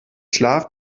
schlaf